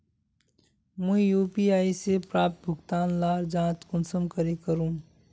मुई यु.पी.आई से प्राप्त भुगतान लार जाँच कुंसम करे करूम?